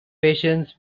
patients